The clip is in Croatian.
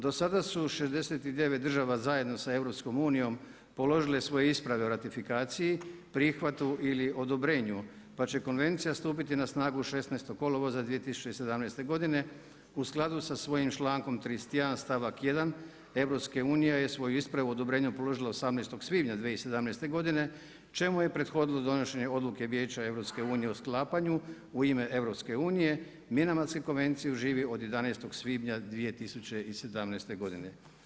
Do sada su 69 država zajedno sa EU položile svoje isprave o ratifikaciji prihvatu ili odobrenju pa će konvencija stupiti na snagu 16. kolovoza 2017. godine u skladu sa svojim člankom 31. stavak 1. EU je svoju ispravu o odobrenju položila 18. svibnja 2017. čemu je prihodilo donošenje odluke Vijeća EU o sklapanju u ime EU Minamatske konvencije o živi od 11. svibnja 2017. godine.